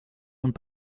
und